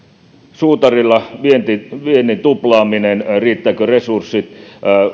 suutarille viennin viennin tuplaaminen riittävätkö resurssit